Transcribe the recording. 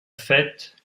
fête